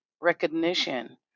recognition